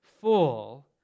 full